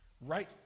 right